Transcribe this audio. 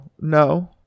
no